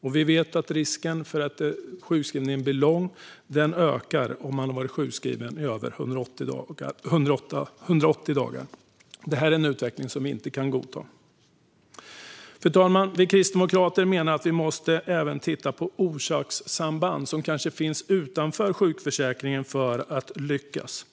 Vi vet att risken för att sjukskrivningen ska bli lång ökar om man har varit sjukskriven mer än 180 dagar. Detta är en utveckling som vi inte kan godta. Fru talman! Vi kristdemokrater menar att vi även måste titta på orsakssamband som kanske finns utanför sjukförsäkringen för att lyckas.